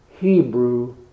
Hebrew